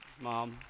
Mom